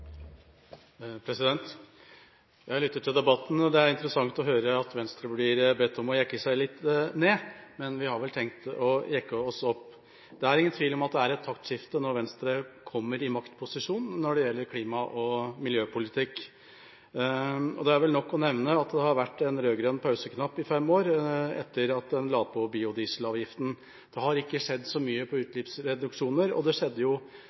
Jeg har lyttet til debatten, og det er interessant å høre at Venstre blir bedt om jekke seg litt ned, men vi har vel tenkt å jekke oss opp. Det er ingen tvil om at det er et taktskifte når det gjelder klima- og miljøpolitikk når Venstre kommer i maktposisjon. Det er vel nok å nevne at det har vært en rød-grønn pauseknapp i fem år etter at en la på biodieselavgiften. Det har ikke skjedd så mye når det gjelder utslippsreduksjoner, og det skjedde